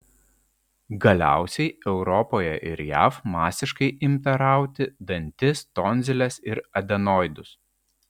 galiausiai europoje ir jav masiškai imta rauti dantis tonziles ir adenoidus